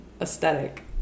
aesthetic